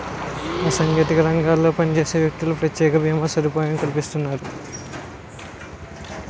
అసంగటిత రంగాల్లో పనిచేసే వ్యక్తులకు ప్రత్యేక భీమా సదుపాయం కల్పిస్తుంటారు